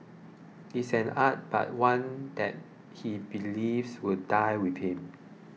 it is an art but one that he believes will die with him